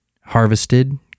harvested